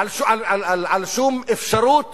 על שום אפשרות